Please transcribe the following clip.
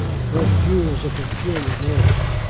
but hugh is a peculiar man.